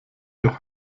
doch